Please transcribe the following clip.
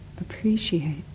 appreciate